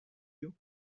you